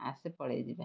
ଆସେ ପଳେଇଯିବା